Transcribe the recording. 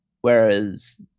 Whereas